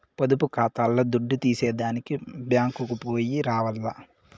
పొదుపు కాతాల్ల దుడ్డు తీసేదానికి బ్యేంకుకో పొయ్యి రావాల్ల